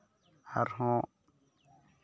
ᱟᱨᱦᱚᱸ